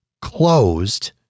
closed